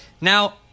Now